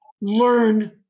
learn